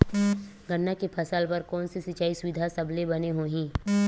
गन्ना के फसल बर कोन से सिचाई सुविधा सबले बने होही?